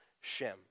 Shem